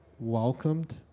Welcomed